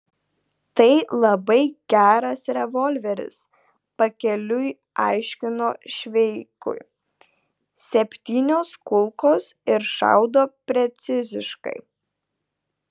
tai labai geras revolveris pakeliui aiškino šveikui septynios kulkos ir šaudo preciziškai